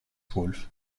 wolff